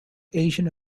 asian